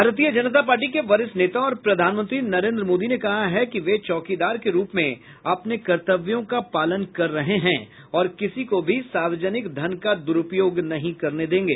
भारतीय जनता पार्टी के वरिष्ठ नेता और प्रधानमंत्री नरेन्द्र मोदी ने कहा है कि वे चौकीदार के रूप में अपने कर्तव्यों का पालन कर रहे हैं और किसी को भी सार्वजनिक धन का दुरूपयोग नहीं करने देंगे